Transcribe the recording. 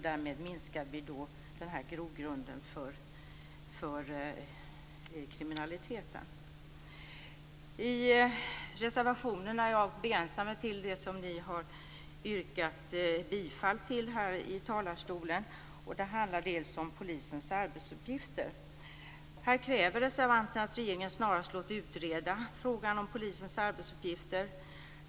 Därmed minskar vi grogrunden för kriminaliteten. När det gäller reservationerna begränsar jag mig till det som ni har yrkat bifall till i talarstolen. Det handlar bl.a. om polisens arbetsuppgifter. Här kräver reservanterna att regeringen snarast låter utreda frågan om polisens arbetsuppgifter.